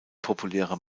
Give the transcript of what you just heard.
populäre